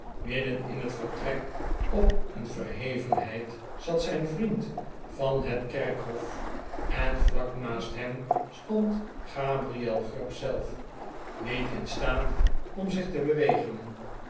midden in het vertrek op een verhevenheid zat zijn vriend van het kerkhof en vlak naast hem stond gabriel grub zelf niet in staat om zich te bewegen